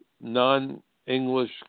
non-English